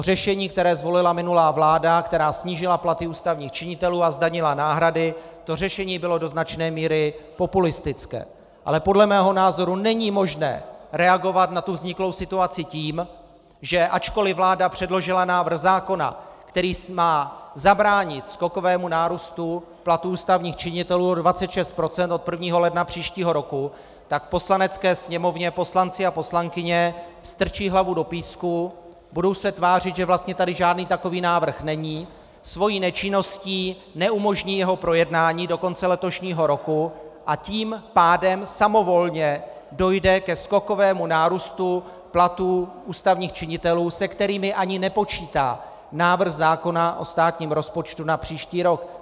Řešení, které zvolila minulá vláda, která snížila platy ústavních činitelů a zdanila náhrady, bylo do značné míry populistické, ale podle mého názoru není možné reagovat na vzniklou situaci tím, že ačkoliv vláda předložila návrh zákona, který má zabránit skokovému nárůstu platů ústavních činitelů o 26 % od 1. ledna příštího roku, tak v Poslanecké sněmovně poslanci a poslankyně strčí hlavu do písku, budou se tvářit, že tady vlastně žádný takový návrh není, svou nečinností neumožní jeho projednání do konce letošního roku, a tím pádem samovolně dojde ke skokovému nárůstu platů ústavních činitelů, se kterým ani nepočítá návrh zákona o státním rozpočtu na příští rok.